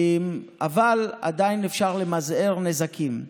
אבל עדיין אפשר למזער נזקים.